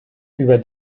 über